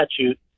statute